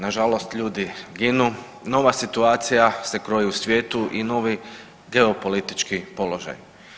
Nažalost ljudi ginu, nova situacija se kroji u svijetu i novi geopolitički položaji.